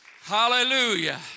Hallelujah